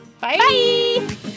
bye